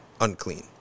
unclean